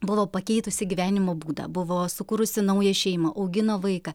buvo pakeitusi gyvenimo būdą buvo sukūrusi naują šeimą augino vaiką